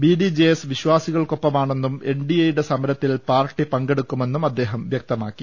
B D J S വിശ്വാസ്പികൾക്കൊപ്പ മാണെന്നും N D എയുടെ സമരത്തിൽ പാർട്ടി പങ്കെടുക്കു മെന്നും അദ്ദേഹം വൃക്തമാക്കി